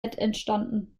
entstanden